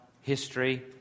history